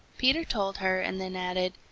peter told her and then added,